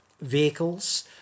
vehicles